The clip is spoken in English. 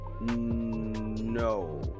no